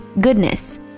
goodness